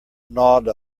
gnawed